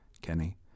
Kenny